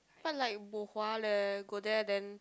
what like bo hua leh go there then